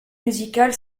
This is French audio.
musicale